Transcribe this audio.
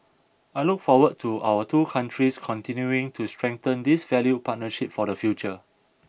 I look forward to our two countries continuing to strengthen this valued partnership for the future